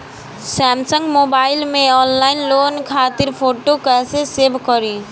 Samsung mobile में online loan खातिर photo कैसे सेभ करीं?